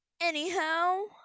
Anyhow